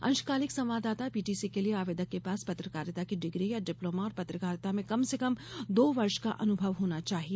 अंशकालिक संवाददाता पीटीसी के लिए आवेदक के पास पत्रकारिता की डिग्री या डिप्लोमा और पत्रकारिता में कम से कम दो वर्ष का अनुभव होना चाहिए